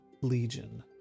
legion